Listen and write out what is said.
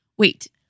Wait